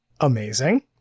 amazing